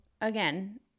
again